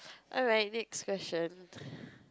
alright next question